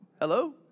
Hello